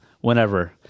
Whenever